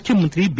ಮುಖ್ಯಮಂತ್ರಿ ಬಿ